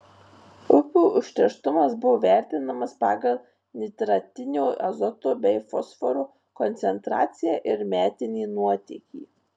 upių užterštumas buvo vertinamas pagal nitratinio azoto bei fosforo koncentraciją ir metinį nuotėkį